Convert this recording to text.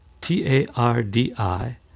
T-A-R-D-I